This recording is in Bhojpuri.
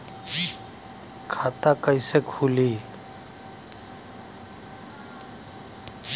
खाता कइसे खुली?